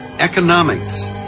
Economics